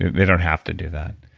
they don't have to do that.